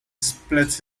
split